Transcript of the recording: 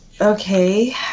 Okay